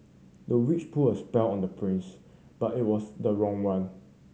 the witch put a spell on the prince but it was the wrong one